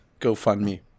GoFundMe